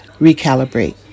recalibrate